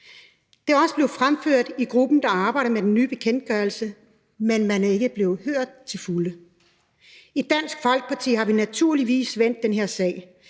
Det er også blevet fremført i gruppen, der arbejder med den nye bekendtgørelse, men man er ikke blevet hørt til fulde. I Dansk Folkeparti har vi naturligvis vendt den her sag